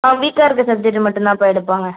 ஆ வீக்காக இருக்க சப்ஜெக்ட்டு மட்டும்தாம்பா எடுப்பாங்க